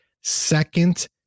Second